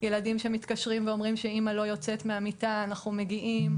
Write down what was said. ילדים שמתקשרים ואומרים שאימא לא יוצאת מן המיטה אנחנו מגיעים,